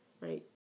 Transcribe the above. right